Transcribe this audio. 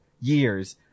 years